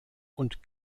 und